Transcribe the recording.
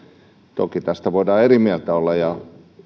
toki tästä voidaan eri mieltä olla ja